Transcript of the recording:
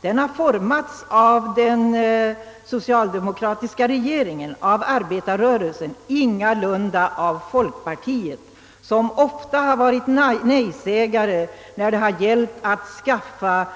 Den har formats av den socialdemokratiska regeringen, av arbetarrörelsen, ingalunda av folkpartiet som ofta varit nejsägare när det gällt att skaffa